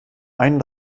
einen